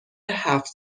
هفت